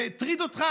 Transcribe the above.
זה הטריד אותך?